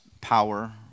power